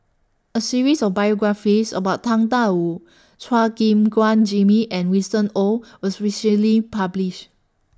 A series of biographies about Tang DA Wu Chua Gim Guan Jimmy and Winston Oh was recently published